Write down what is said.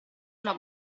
una